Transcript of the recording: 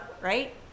Right